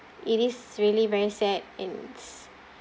it is really very sad and it's